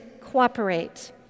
cooperate